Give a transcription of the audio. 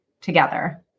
together